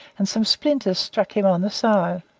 and some splinters struck him on the side.